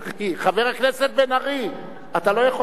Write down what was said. חבר הכנסת בן-ארי, אתה לא יכול להפריע.